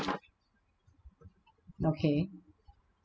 okay